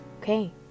okay